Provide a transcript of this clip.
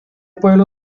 pueblo